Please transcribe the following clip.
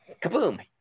kaboom